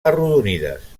arrodonides